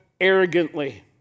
arrogantly